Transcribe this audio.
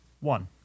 One